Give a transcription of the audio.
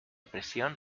presión